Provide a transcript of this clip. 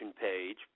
page